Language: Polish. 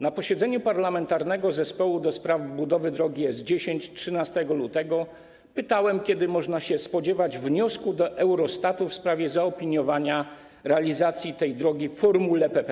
Na posiedzeniu Parlamentarnego Zespołu ds. Budowy Drogi S10 13 lutego pytałem, kiedy można się spodziewać wniosku do Eurostatu w sprawie zaopiniowania realizacji tej drogi w formule PPP.